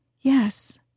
Yes